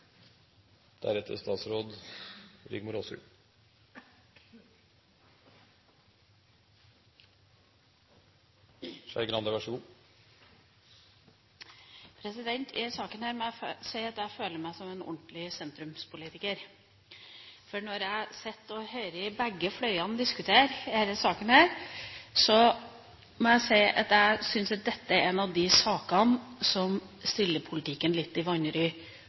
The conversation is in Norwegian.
I denne saken må jeg si at jeg føler meg som en ordentlig sentrumspolitiker. Når jeg sitter og hører begge fløyene diskutere denne saken, må jeg si at jeg syns at dette er en av de sakene som stiller politikken litt i vanry,